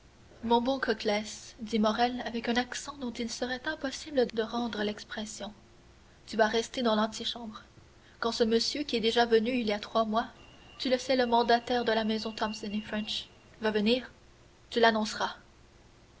mon bon coclès dit morrel avec un accent dont il serait impossible de rendre l'expression tu vas rester dans l'antichambre quand ce monsieur qui est déjà venu il y a trois mois tu le sais le mandataire de la maison thomson et french va venir tu l'annonceras